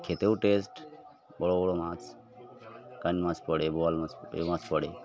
খেতেও টেস্ট বড় বড় মাছ কান মাছ পড়ে বোয়াল মাছ পড়ে ও মাছ পড়ে